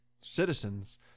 citizens